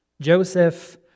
Joseph